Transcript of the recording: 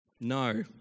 No